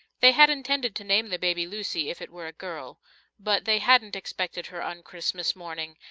they had intended to name the baby lucy, if it were a girl but they hadn't expected her on christmas morning,